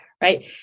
right